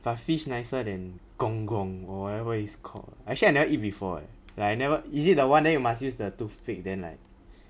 but fish nicer than gong gong or whatever is called actually I never eat before eh like I never is it the [one] then you must use the toothpick then like